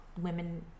women